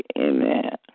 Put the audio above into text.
Amen